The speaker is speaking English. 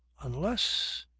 unless